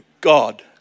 God